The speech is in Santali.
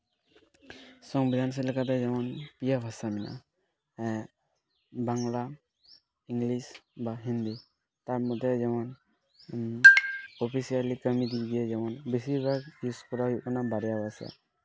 ᱥᱚᱝᱵᱤᱫᱷᱟᱱ ᱥᱮᱫ ᱞᱮᱠᱟᱛᱮ ᱡᱮᱢᱚᱱ ᱯᱮᱭᱟ ᱵᱷᱟᱥᱟ ᱢᱮᱱᱟᱜᱼᱟ ᱵᱟᱝᱞᱟ ᱤᱝᱞᱤᱥ ᱵᱟ ᱦᱤᱱᱫᱤ ᱛᱟᱨ ᱢᱚᱫᱽᱫᱷᱮ ᱨᱮ ᱡᱮᱢᱚᱱ ᱚᱯᱷᱤᱥᱤᱭᱟᱞᱤ ᱠᱟᱹᱢᱤ ᱫᱤᱠ ᱫᱤᱭᱮ ᱡᱮᱢᱚᱱ ᱵᱤᱥᱤᱨ ᱵᱷᱟᱜᱽ ᱤᱭᱩᱡᱽ ᱠᱚᱨᱟᱣ ᱦᱩᱭᱩᱜ ᱠᱟᱱᱟ ᱵᱟᱨᱭᱟ ᱵᱷᱟᱥᱟ